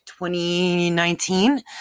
2019